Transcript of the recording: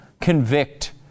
convict